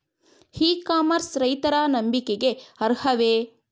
E commerce ರೈತರ ನಂಬಿಕೆಗೆ ಅರ್ಹವೇ?